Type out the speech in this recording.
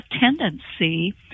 tendency